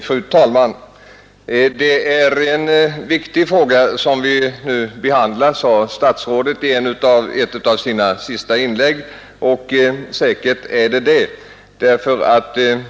Fru talman! Det är en viktig fråga vi nu behandlar, sade statsrådet i ett av sina senaste inlägg. Säkert är den det.